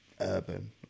urban